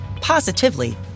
positively